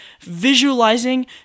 visualizing